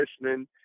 listening